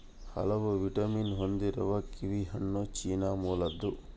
ಹಲವು ವಿಟಮಿನ್ ಹೊಂದಿರುವ ಕಿವಿಹಣ್ಣು ಚೀನಾ ಮೂಲದ್ದು